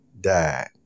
died